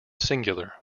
singular